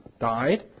died